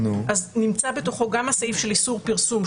נמצא בתוכו גם הסעיף של איסור פרסום,